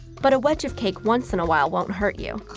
but a wedge of cake once in a while won't hurt you.